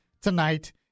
tonight